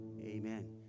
Amen